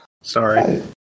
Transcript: Sorry